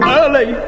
early